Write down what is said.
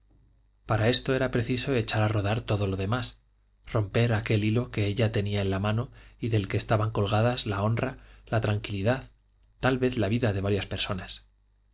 para esto era preciso echar a rodar todo lo demás romper aquel hilo que ella tenía en la mano y del que estaban colgadas la honra la tranquilidad tal vez la vida de varias personas